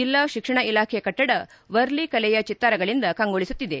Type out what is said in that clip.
ಜಿಲ್ಲಾ ಶಿಕ್ಷಣ ಇಲಾಖೆ ಕಟ್ಟದ ವರ್ಲಿ ಕಲೆಯ ಚಿತ್ತಾರಗಳಿಂದ ಕಂಗೊಳಿಸುತ್ತಿದೆ